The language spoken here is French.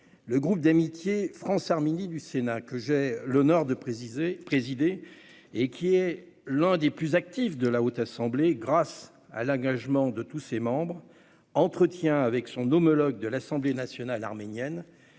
Le groupe d'amitié France-Arménie du Sénat, que j'ai l'honneur de présider, et qui est l'un des plus actifs de la Haute Assemblée, grâce à l'engagement de tous ses membres, entretient avec son homologue de l'Assemblée nationale arménienne